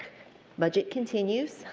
budget continues.